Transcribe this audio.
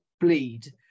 bleed